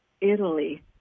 Italy